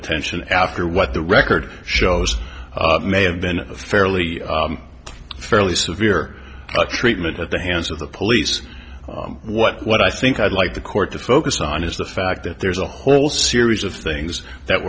attention after what the record shows may have been a fairly fairly severe treatment at the hands of the police what what i think i'd like the court to focus on is the fact that there's a whole series of things that